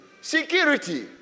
Security